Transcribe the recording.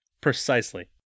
precisely